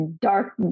dark